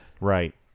Right